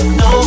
no